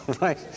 right